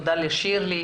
תודה לשירלי,